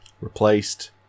Replaced